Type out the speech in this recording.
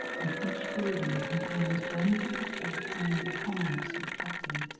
and each building contains one particular kind of harness or trapping.